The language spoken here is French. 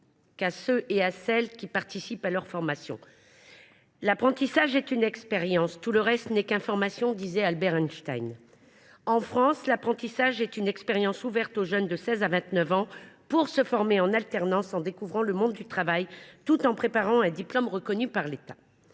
qu’à ceux qui participent à leur formation. L’apprentissage est une expérience, tout le reste n’est qu’information, disait Albert Einstein. En France, l’apprentissage est une expérience ouverte aux jeunes de 16 à 29 ans, qui ont ainsi la possibilité de se former en alternance et de découvrir le monde du travail tout en préparant un diplôme reconnu par l’État.